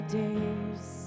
days